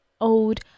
old